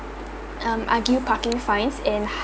um argue parking fines and